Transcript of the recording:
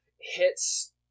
hits